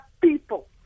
people